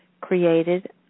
created